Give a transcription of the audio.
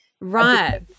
right